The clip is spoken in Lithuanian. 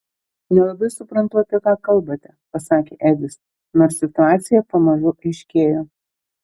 nelabai suprantu apie ką kalbate pasakė edis nors situacija pamažu aiškėjo